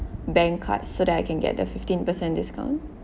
bank cards so that I can get the fifteen percent discount